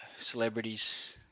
celebrities